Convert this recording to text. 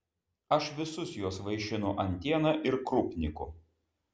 aš visus juos vaišinu antiena ir krupniku